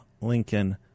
Lincoln